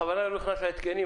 אני בכוונה לא נכנס להתקנים.